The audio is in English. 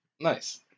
Nice